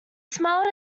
smiled